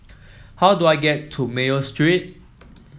how do I get to Mayo Street